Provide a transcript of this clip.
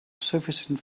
sufficient